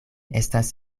estas